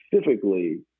specifically